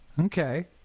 Okay